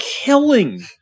killing